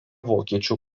vokiečių